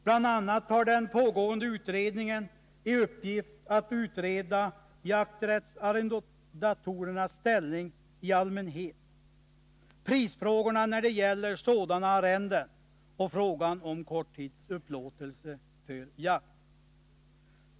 Den pågående utredningen har bl.a. i uppgift att utreda jakträttsarrendatorernas ställning i allmänhet, prisfrågorna när det gäller sådana arrenden och frågan om korttidsupplåtelser för jakt.